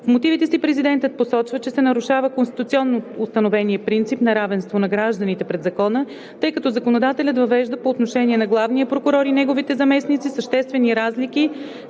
В мотивите си президентът посочва, че се нарушава конституционно установеният принцип на равенство на гражданите пред закона, тъй като законодателят въвежда по отношение на главния прокурор и неговите заместници съществени разлики